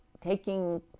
taking